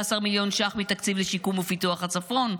16 מיליון שקלים מהתקציב לשיקום ופיתוח הצפון,